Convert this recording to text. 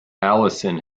allison